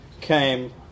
came